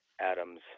Adam's